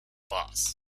boss